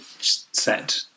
set